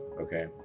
okay